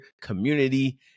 community